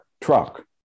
truck